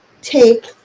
take